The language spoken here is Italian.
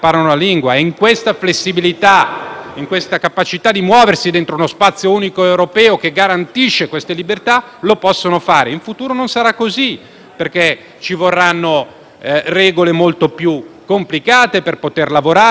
nella capacità di muoversi dentro uno spazio unico europeo che garantisce queste libertà, lo possono fare. In futuro non sarà così perché ci vorranno regole molto più complicate per poter lavorare, per studiare, per andare a formarsi,